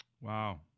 Wow